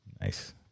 Nice